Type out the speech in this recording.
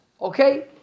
okay